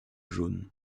jaune